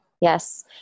Yes